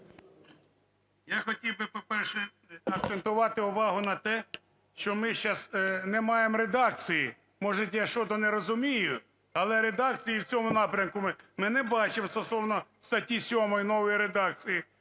Я хотів би, по-перше, акцентувати увагу на те, що ми сейчас не маємо редакції, може, я что-то не розумію, але редакції в цьому напрямку ми не бачимо стосовно статті 7 нової редакції,